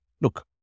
look